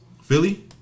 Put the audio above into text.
Philly